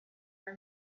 home